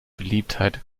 beliebtheit